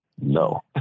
no